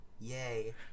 Yay